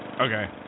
Okay